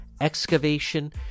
excavation